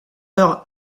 leur